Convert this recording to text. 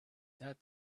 that